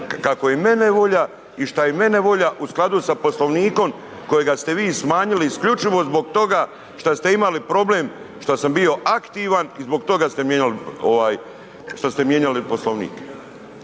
kako je meni volja i šta je meni volja u skladu s Poslovnikom kojega ste vi smanjili isključivo zbog toga šta ste imali problem šta sam bio aktivan i zbog toga ste mijenjali ovaj